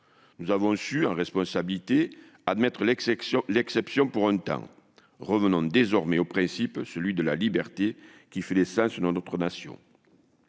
Nous avons su, en responsabilité, admettre l'exception pour un temps, mais revenons désormais au principe : celui de la liberté, qui fait l'essence de notre nation